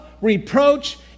reproach